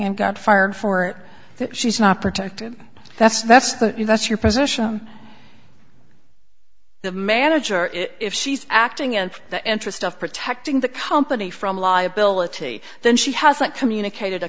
and got fired for that she's not protected that's that's the that's your position the manager is if she's acting in the interest of protecting the company from liability then she has not communicated a